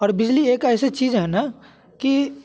और बिजली एक ऐसी चीज हैना की